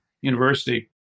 University